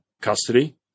custody